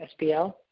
SPL